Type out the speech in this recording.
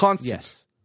yes